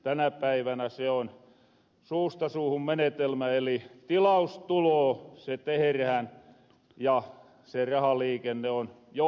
tänä päivänä se on suusta suuhun menetelmä eli tilaus tuloo se teherähän ja se rahaliikenne on jouhevaa